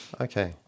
Okay